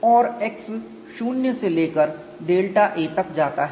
और x 0 से लेकर डेल्टा a तक जाता है